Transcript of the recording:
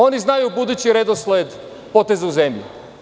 Oni znaju budući redosled poteza u zemlji.